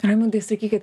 raimundai sakykit